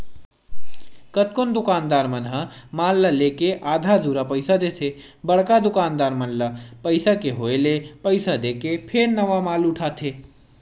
कतकोन दुकानदार मन ह माल ल लेके आधा अधूरा पइसा देथे बड़का दुकानदार मन ल पइसा के होय ले पइसा देके फेर नवा माल उठाथे